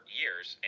years